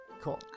Cool